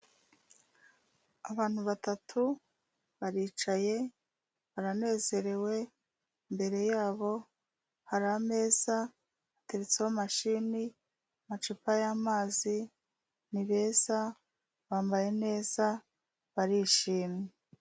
Abantu batatu baricaye baranezerewe, imbere yabo hari ameza, hateretseho mashini, amacupa y'amazi, ni beza bambaye neza barishimye.